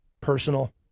personal